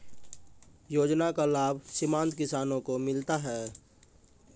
योजना का लाभ सीमांत किसानों को मिलता हैं?